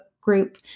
group